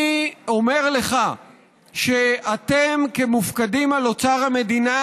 אני אומר לך שאתם, כמופקדים על אוצר המדינה,